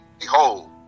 Behold